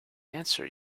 answer